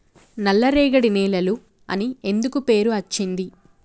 నల్లరేగడి నేలలు అని ఎందుకు పేరు అచ్చింది?